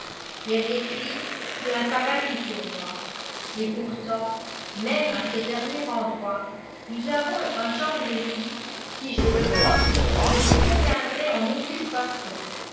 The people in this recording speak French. un paradis pour moi et pourtant même à ce dernier endroit nous avons un genre de vie qui je le crains ne vous conviendrait en aucune façon